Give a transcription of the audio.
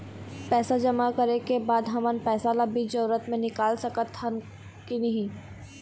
पैसा जमा करे के बाद हमन पैसा ला बीच जरूरत मे निकाल सकत हन की नहीं?